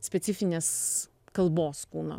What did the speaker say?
specifinės kalbos kūno